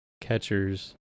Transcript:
catchers